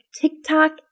TikTok